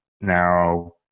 now